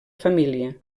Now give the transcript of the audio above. família